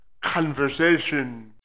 conversation